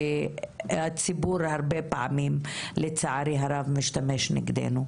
שהציבור הרבה פעמים לצערי הרב משתמש נגדנו.